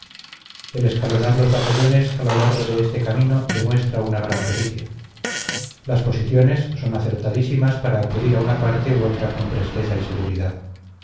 el escalonar los batallones a lo largo de este camino demuestra una gran pericia las posiciones son acertadísimas para acudir a una parte u otra con presteza y seguridad